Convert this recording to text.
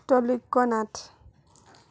Trailokya Nath